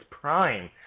prime